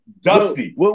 Dusty